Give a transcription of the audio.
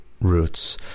roots